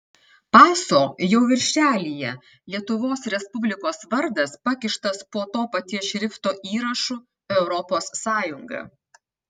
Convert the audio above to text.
paso jau viršelyje lietuvos respublikos vardas pakištas po to paties šrifto įrašu europos sąjunga